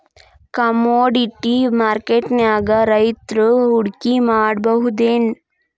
Commodity ಮಾರ್ಕೆಟ್ನ್ಯಾಗ್ ರೈತ್ರು ಹೂಡ್ಕಿ ಮಾಡ್ಬಹುದೇನ್?